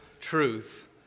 truth